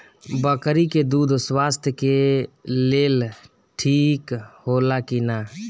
बकरी के दूध स्वास्थ्य के लेल ठीक होला कि ना?